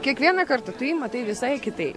kiekvieną kartą tu jį matai visai kitaip